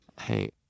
hey